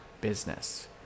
business